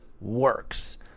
works